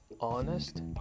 honest